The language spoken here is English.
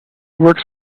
works